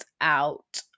out